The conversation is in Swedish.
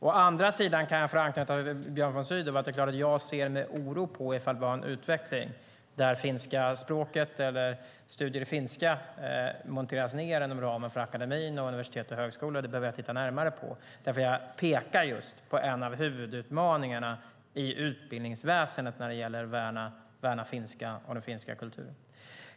Å andra sidan kan jag, förankrat i Björn von Sydow, säga att jag med oro ser på ifall vi har en utveckling där finska språket eller studier i finska monteras ned inom ramen för akademin och universitet och högskolor - det behöver jag titta närmare på. Jag pekar just på en av huvudutmaningarna i utbildningsväsendet när det gäller att värna finska språket och den finska kulturen.